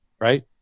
Right